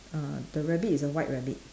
uh the rabbit is a white rabbit